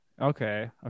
okay